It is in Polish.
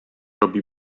robi